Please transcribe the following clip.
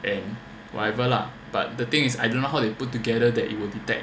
and whatever lah but the thing is I don't know how they put together that you will detect